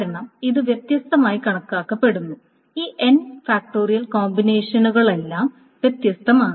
കാരണം ഇത് വ്യത്യസ്തമായി കണക്കാക്കപ്പെടുന്നു ഈ കോമ്പിനേഷനുകളെല്ലാം വ്യത്യസ്തമാണ്